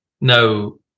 no